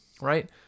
Right